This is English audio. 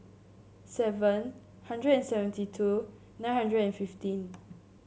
seven hundred and seventy two nine hundred and fifteen